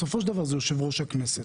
בסופו של דבר זה יושב-ראש הכנסת.